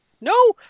No